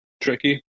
tricky